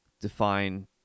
define